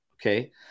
okay